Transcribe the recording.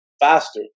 faster